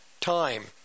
time